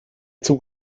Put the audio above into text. zug